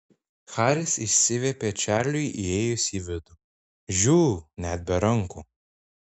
haris išsiviepė čarliui įėjus į vidų žiū net be rankų